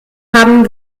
haben